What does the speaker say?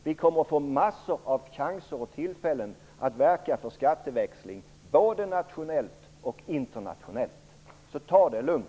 Vi kommer att få massor av chanser och tillfällen att verka för skatteväxling, både nationellt och internationellt. Så ta det lugnt!